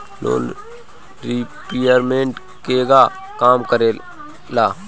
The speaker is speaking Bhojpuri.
लोन रीपयमेंत केगा काम करेला?